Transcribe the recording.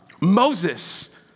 Moses